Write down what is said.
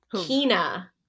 Kina